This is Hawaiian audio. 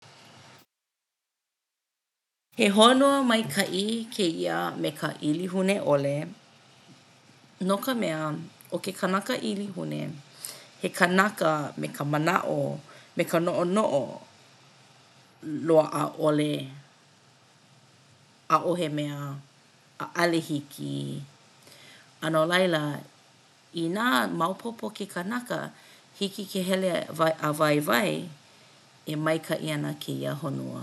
He honua maikaʻi kēia me ka ʻilihune ʻole no ka mea ʻo ke kanaka ʻilihune he kanaka me ka manaʻo me ka noʻonoʻo loaʻa ʻole, ʻaʻohe mea, ʻaʻole hiki. A no laila, inā maopopo ke kanaka hiki ke hele a waiwai e maikaʻi ana kēia honua.